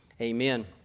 Amen